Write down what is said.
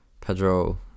Pedro